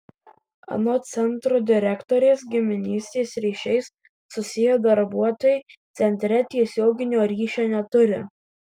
anot centro direktorės giminystės ryšiais susiję darbuotojai centre tiesioginio ryšio neturi